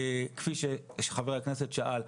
כפי שחבר הכנסת שאל,